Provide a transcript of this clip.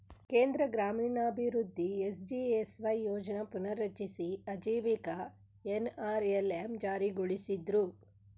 ಕೇಂದ್ರ ಗ್ರಾಮೀಣಾಭಿವೃದ್ಧಿ ಎಸ್.ಜಿ.ಎಸ್.ವೈ ಯೋಜ್ನ ಪುನರ್ರಚಿಸಿ ಆಜೀವಿಕ ಎನ್.ಅರ್.ಎಲ್.ಎಂ ಜಾರಿಗೊಳಿಸಿದ್ರು